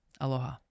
Aloha